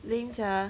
means ah